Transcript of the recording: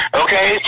okay